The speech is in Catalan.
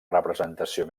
representació